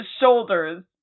shoulders